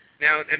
Now